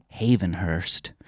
Havenhurst